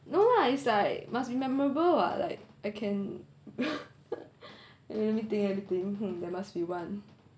no lah it's like must be memorable what like I can let me think let me think hmm there must be one